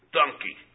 donkey